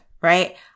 right